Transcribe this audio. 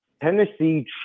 Tennessee